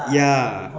ya